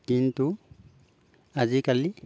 কিন্তু আজিকালি